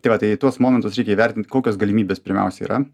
tai va tai tuos momentus reikia įvertint kokias galimybes pirmiausia yra